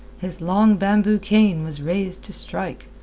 his long bamboo cane was raised to strike.